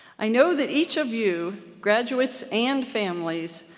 i know that each of you, graduates and families,